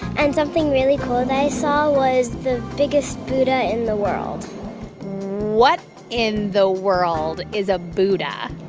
and something really cool they saw was the biggest buddha in the world what in the world is a buddha?